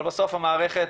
אבל בסוף המערכת